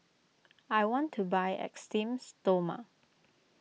I want to buy Esteem Stoma